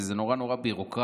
וזה נורא נורא ביורוקרטי,